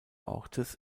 ortes